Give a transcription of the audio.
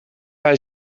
hij